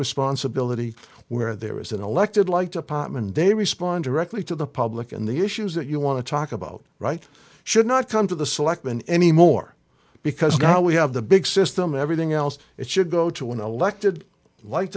responsibility where there is an elected like department and they respond directly to the public and the issues that you want to talk about right should not come to the selectmen anymore because now we have the big system everything else it should go to an elected light